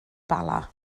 bala